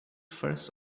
first